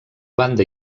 banda